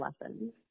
lessons